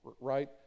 right